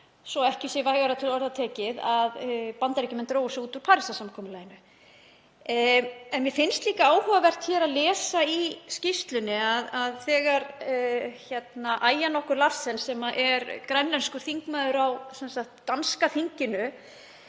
svo ekki sé vægara til orða tekið, að Bandaríkjamenn drægju sig út úr Parísarsamkomulaginu. Mér finnst líka áhugavert að lesa í skýrslunni að þegar Aaja nokkur Larsen, sem er grænlenskur þingmaður á danska þinginu,